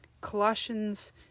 Colossians